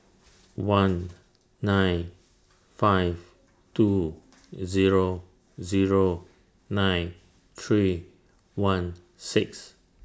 one nine five two Zero Zero nine three one six